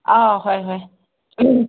ꯑꯥ ꯍꯣꯏ ꯍꯣꯏ